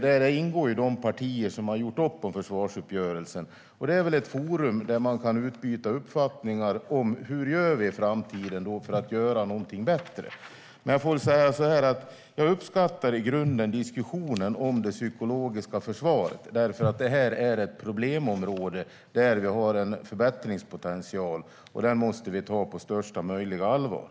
Där ingår de partier som har slutit försvarsuppgörelsen, och det är ett forum där man kan utbyta uppfattningar om hur vi ska göra i framtiden för att göra någonting bättre. Jag uppskattar i grunden diskussionen om det psykologiska försvaret, eftersom det är ett problemområde med en förbättringspotential som vi måste ta på största möjliga allvar.